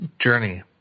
journey